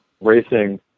racing